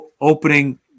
Opening